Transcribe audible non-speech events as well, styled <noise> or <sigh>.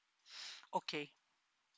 <breath> okay